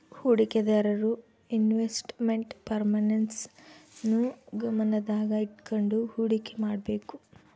ಹೂಡಿಕೆದಾರರು investment performance ನ್ನು ಗಮನದಾಗ ಇಟ್ಕಂಡು ಹುಡಿಕೆ ಮಾಡ್ಬೇಕು